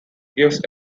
gives